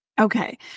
Okay